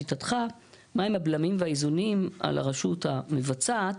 מה הם לשיטתך, האיזונים והבלמים על הרשות המבצעת,